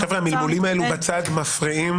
נתקבל,